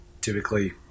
typically